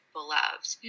beloved